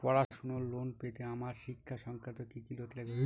পড়াশুনোর লোন পেতে আমার শিক্ষা সংক্রান্ত কি কি নথি লাগবে?